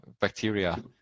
bacteria